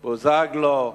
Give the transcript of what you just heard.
בוזגלו,